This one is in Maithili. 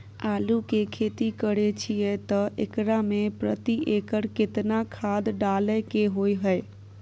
आलू के खेती करे छिये त एकरा मे प्रति एकर केतना खाद डालय के होय हय?